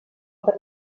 per